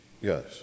Yes